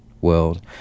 world